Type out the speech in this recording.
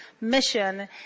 mission